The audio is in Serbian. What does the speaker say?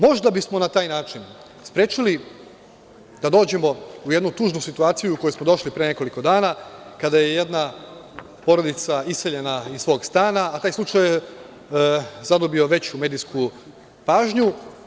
Možda bismo na taj način sprečili da dođemo u jednu tužnu situaciju, u koju smo došli pre nekoliko dana, kada je jedna porodica iseljena iz svog stana, a taj slučaj je zadobio veću medijsku pažnju.